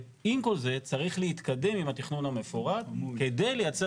ועם כל זה צריך להתקדם עם התכנון המפורט כדי לייצר